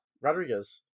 rodriguez